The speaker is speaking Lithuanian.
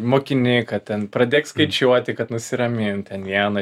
mokini kad ten pradėk skaičiuoti kad nusiramint ten viena